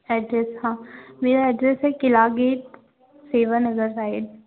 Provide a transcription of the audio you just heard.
address हाँ मेरा address है क़िला गेट सेवेन हज़र साइड